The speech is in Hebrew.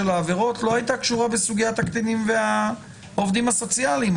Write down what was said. העבירות לא הייתה קשורה בסוגיית הקטינים והעובדים הסוציאליים.